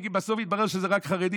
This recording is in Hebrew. בסוף יתברר שזה רק חרדים,